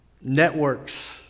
networks